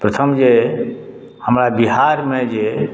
प्रथम जे हमरा बिहारमे जे